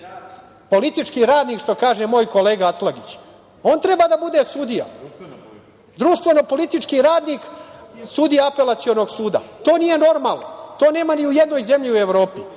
politički radnik, što kaže moj kolega Atlagić. On treba da bude sudija. Društveno politički radnik, sudija Apelacionog suda. To nije normalno. To nema ni u jednoj zemlji u Evropi. Da